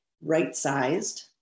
right-sized